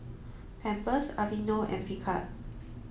Pampers Aveeno and Picard